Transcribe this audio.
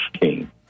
king